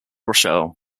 rochelle